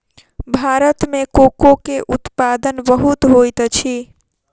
भारत में कोको के उत्पादन बहुत होइत अछि